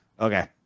Okay